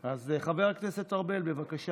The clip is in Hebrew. אז חבר הכנסת ארבל, בבקשה.